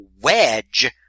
Wedge